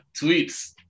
tweets